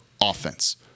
offense